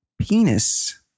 penis